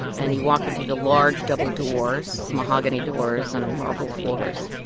and you walk into the large double doors mahogany doors and marble floors.